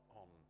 on